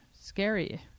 Scary